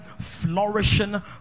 flourishing